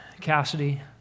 Cassidy